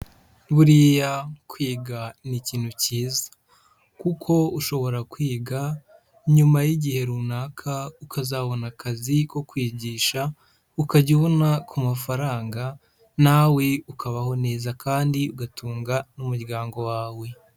Buriya kwiga ni ikintu cyiza, kuko ushobora kwiga nyuma y'igihe runaka ukazabona akazi ko kwigisha ukajya ubona ku mafaranga nawe ukabaho neza kandi ugatunga n'umuryango wawe.